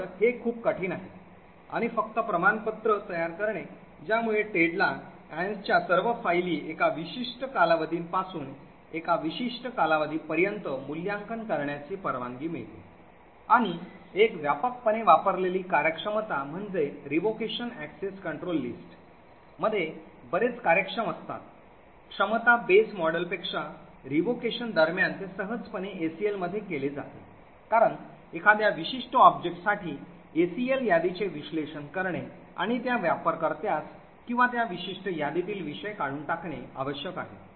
तर हे खूप कठीण आहे आणि फक्त प्रमाणपत्र तयार करणे ज्यामुळे टेडला Ann's च्या सर्व फायली एका विशिष्ट कालावधीपासून एका विशिष्ट कालावधीपर्यंत मूल्यांकन करण्याची परवानगी मिळते आणखी एक व्यापकपणे वापरलेली कार्यक्षमता म्हणजे revocation Access Control List मध्ये बरेच कार्यक्षम असतात क्षमता बेस मॉडेलपेक्षा रद्दीकरण दरम्यान ते सहजपणे ACL मध्ये केले जाते कारण एखाद्या विशिष्ट ऑब्जेक्टसाठी ACL यादीचे विश्लेषण करणे आणि त्या वापरकर्त्यास किंवा त्या विशिष्ट यादीतील विषय काढून टाकणे आवश्यक आहे